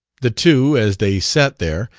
the two, as they sat there,